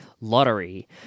lottery